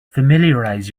familiarize